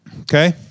okay